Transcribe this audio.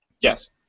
Yes